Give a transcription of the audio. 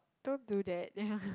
don't do that